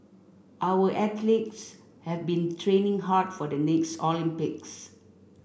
our athletes have been training hard for the next Olympics